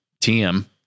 TM